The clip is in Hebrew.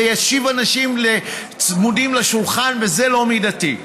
זה יושיב אנשים צמודים לשולחן וזה לא מידתי.